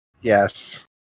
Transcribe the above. Yes